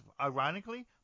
ironically